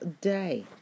day